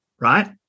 Right